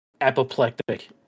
apoplectic